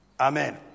Amen